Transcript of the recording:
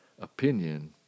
opinion